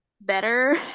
better